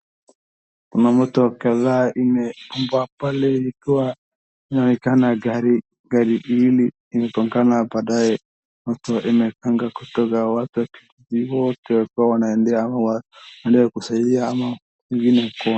Kuna moto kadha amba pale ikiwa inaonekana gari mbili iligongana baadaye moto imepanga kutoa. Watu kijingi wote wako wanaendea ama wanataka kusaidia ama ingine.